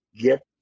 get